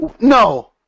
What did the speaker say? No